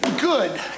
Good